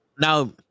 Now